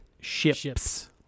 Ships